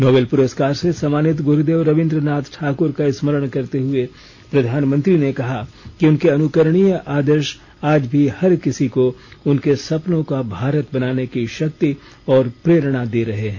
Nobel पुस्कार से सम्मानित गुरूदेव रबिन्द्रनाथ ठाक्र का स्मरण करते हए प्रधानमंत्री ने कहा कि उनके अनुकरणीय आदर्श आज भी हैर किसी को उनके सपनों का भारत बनाने की शक्ति और प्रेरणा दे रहे हैं